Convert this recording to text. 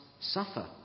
suffer